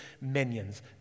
minions